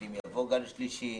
אם יבוא גל שלישי.